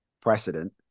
precedent